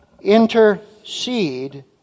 intercede